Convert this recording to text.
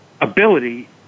ability